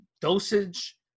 dosage